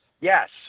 yes